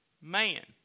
man